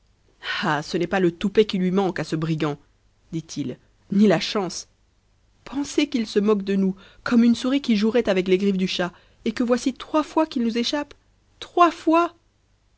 ah ce n'est pas le toupet qui lui manque à ce brigand dit-il ni la chance penser qu'il se moque de nous comme une souris qui jouerait avec les griffes du chat et que voici trois fois qu'il nous échappe trois fois